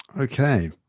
Okay